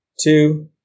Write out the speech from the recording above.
two